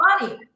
money